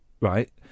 right